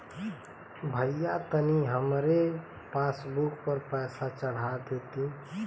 भईया तनि हमरे पासबुक पर पैसा चढ़ा देती